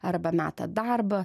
arba meta darbą